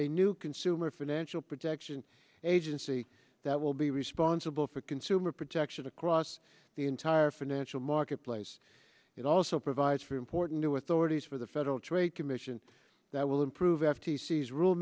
a new consumer financial protection agency that will be responsible for consumer protection across the entire financial marketplace it also provides for important new authorities for the federal trade commission that will improve f t c is rule